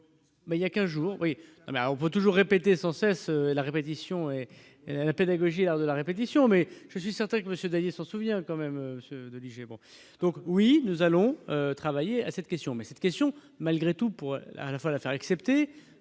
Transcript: il y a 15 jours a on va toujours répéter sans cesse la répétition et la pédagogie est l'art de la répétition, mais je suis certain que monsieur Dallier se souvient quand même de lui, j'ai bon, donc oui, nous allons travailler à cette question, mais cette question malgré tout pour à la fois l'affaire sera